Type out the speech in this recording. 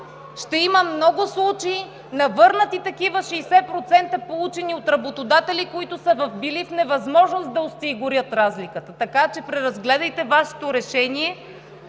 ще има много случаи на върнати такива 60%, получени от работодатели, които са били в невъзможност да осигурят разликата. Така че преразгледайте Вашето решение.